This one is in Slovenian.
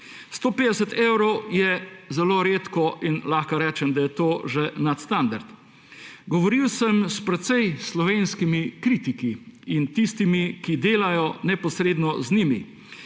150 evrov je zelo redko in lahko rečem, da je to že nadstandard. Govoril sem s precej slovenskimi kritiki in tistimi, ki delajo neposredno z njimi.